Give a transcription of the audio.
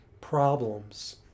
problems